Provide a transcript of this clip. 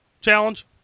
challenge